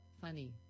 Funny